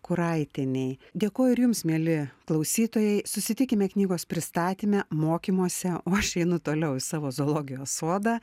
kuraitienei dėkoju ir jums mieli klausytojai susitikime knygos pristatyme mokymuose o aš einu toliau į savo zoologijos sodą